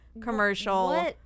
commercial